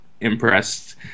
impressed